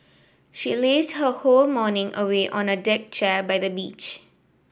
she lazed her whole morning away on a deck chair by the beach